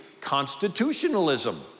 constitutionalism